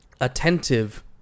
attentive